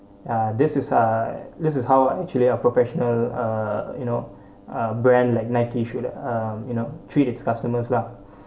uh this is uh this is how I actually a professional uh you know uh brand like Nike should have um you know treat its customers lah